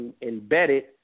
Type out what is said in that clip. embedded